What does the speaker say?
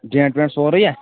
dent وینٛٹ سورُے یا